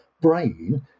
brain